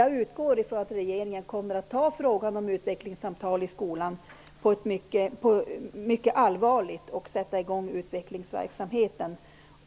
Jag utgår ifrån att regeringen kommer att ta frågan om utvecklingssamtal i skolan på allvar och sätta igång utvecklingsverksamheten.